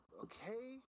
Okay